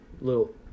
little